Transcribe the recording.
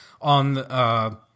on